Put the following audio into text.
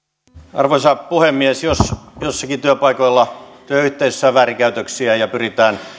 arvoisa puhemies jos joillakin työpaikoilla työyhteisöissä on väärinkäytöksiä ja pyritään